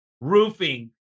roofing